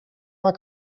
waar